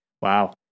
Wow